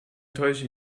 täusche